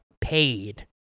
paid